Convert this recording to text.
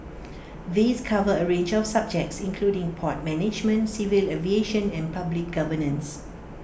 these cover A range of subjects including port management civil aviation and public governance